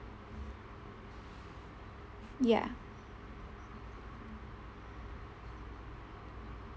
ya